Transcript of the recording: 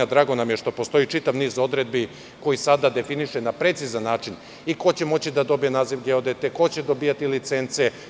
Drago nam je što postoji čitav niz odredbi koji sada definiše na precizan način i ko će moći da dobije naziv geodete, koji će dobijati licence.